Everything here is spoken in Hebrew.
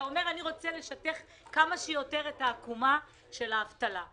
אתה אומר: אני רוצה לשטיח כמה שיותר את העקומה של האבטלה.